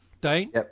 Dane